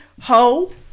Ho